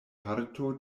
parto